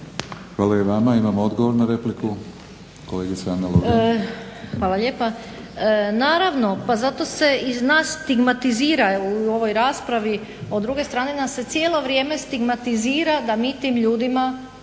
Ana Lovrin. **Lovrin, Ana (HDZ)** Hvala lijepa. Naravno pa zato se nas i stigmatizira u ovoj raspravi, a s druge strane nas se cijelo vrijeme stigmatizira da mi tim ljudima